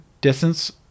distance